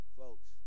Folks